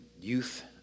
youth